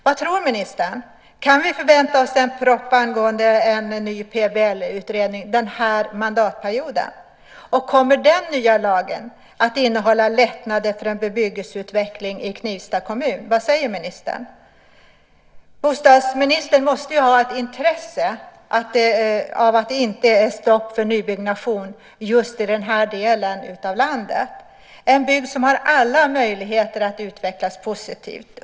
Vad tror ministern? Kan vi förvänta oss en proposition angående en ny plan och bygglag den här mandatperioden? Kommer den nya lagen att innehålla lättnader för en bebyggelseutveckling i Knivsta kommun? Vad säger ministern? Bostadsministern måste ju ha ett intresse av att det inte är stopp för nybyggnation i den här delen av landet. Det är en bygd som har alla möjligheter att utvecklas positivt.